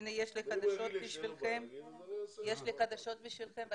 הנה, יש לי חדשות בשבילכם.